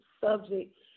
subject